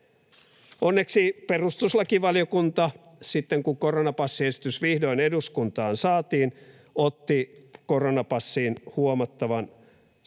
Onneksi perustuslakivaliokunta, sitten kun koronapassiesitys vihdoin eduskuntaan saatiin, otti koronapassiin huomattavasti sallivamman